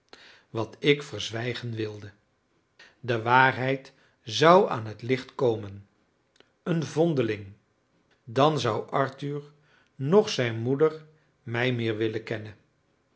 wat ik verzwijgen wilde de waarheid zou aan het licht komen een vondeling dan zou arthur noch zijn moeder mij meer willen kennen